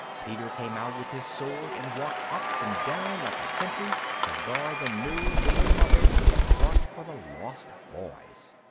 peter came out with his sword, and walked up and down like a sentry, to guard the new little mother he had brought for the lost boys.